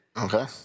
Okay